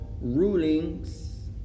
rulings